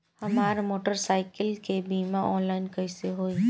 हमार मोटर साईकीलके बीमा ऑनलाइन कैसे होई?